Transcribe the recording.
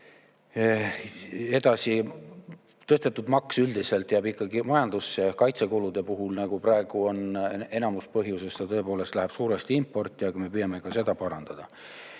Edasi, tõstetud maks üldiselt jääb ikkagi majandusse. Kaitsekulude puhul, nagu praegu on enamus põhjusest, ta tõepoolest läheb suuresti importi, aga me püüame ka seda parandada.